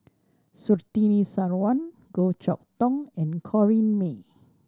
Surtini Sarwan Goh Chok Tong and Corrinne May